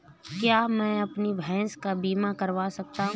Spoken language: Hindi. क्या मैं अपनी भैंस का बीमा करवा सकता हूँ?